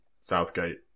Southgate